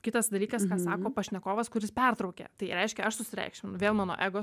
kitas dalykas ką sako pašnekovas kuris pertraukia tai reiškia aš susireikšminu vėl mano ego